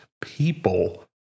people